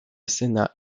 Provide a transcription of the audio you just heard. sénat